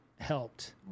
helped